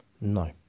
no